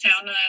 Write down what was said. town